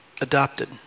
adopted